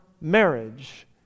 marriage